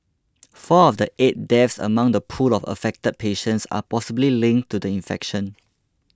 four of the eight deaths among the pool of affected patients are possibly linked to the infection